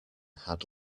had